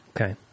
okay